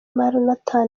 maranatha